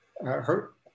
hurt